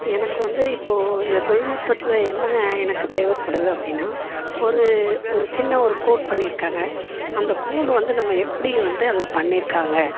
எனக்கு வந்து இப்போ இந்த தொழில்நுட்பத்தில் என்ன எனக்கு தேவைப்படுது அப்படின்னா ஒரு ஒரு சின்ன ஒரு கோட் பண்ணிருக்காங்க அந்த கோட் வந்து நம்ம எப்படி வந்து அதை பண்ணிருக்காங்க